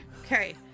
Okay